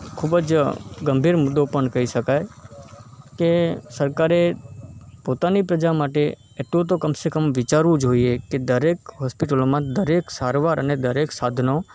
ખૂબ જ ગંભીર મુદ્દો પણ કહી શકાય કેે સરકારે પોતાની પ્રજા માટે એટલું તો કમ સે કમ વિચારવું જોઈએ કે દરેક હૉસ્પિટલમાં દરેક સારવાર અને દરેક સાધનો